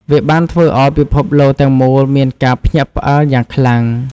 វាបានធ្វើឲ្យពិភពលោកទាំងមូលមានការភ្ញាក់ផ្អើលយ៉ាងខ្លាំង។